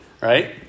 right